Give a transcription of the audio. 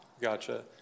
Gotcha